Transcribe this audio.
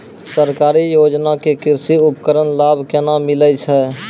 सरकारी योजना के कृषि उपकरण लाभ केना मिलै छै?